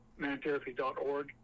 mantherapy.org